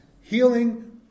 healing